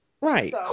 Right